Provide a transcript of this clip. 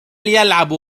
يلعب